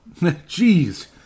jeez